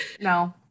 No